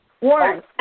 Warren